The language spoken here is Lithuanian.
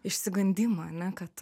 išsigandimą ane kad